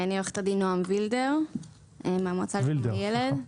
אני עורכת הדין נעם וילדר מהמועצה לשלום הילד.